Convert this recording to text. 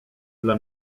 dla